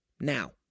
Now